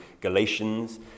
Galatians